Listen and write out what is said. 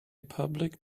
public